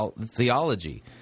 theology